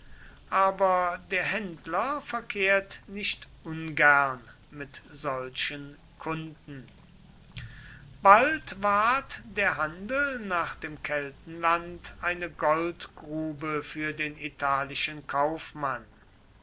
aber der händler verkehrt nicht ungern mit solchen kunden bald ward der handel nach dem keltenland eine goldgrube für den italischen kaufmann